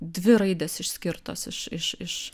dvi raidės išskirtos iš iš iš